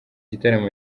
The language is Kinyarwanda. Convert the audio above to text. gitaramo